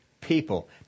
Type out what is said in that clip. people